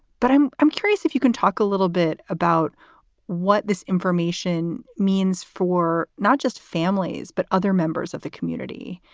but i'm i'm curious if you can talk a little bit about what this information means for not just families, but other members of the community,